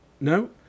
No